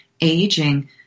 aging